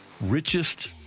richest